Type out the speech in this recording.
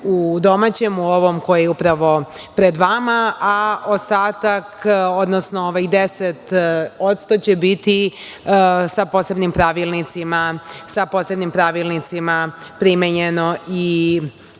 u domaćem, u ovom koji je upravo pred vama, a ostatak, odnosno ovih 10% će biti sa posebnim pravilnicima primenjeno i